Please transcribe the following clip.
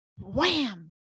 wham